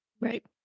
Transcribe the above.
Right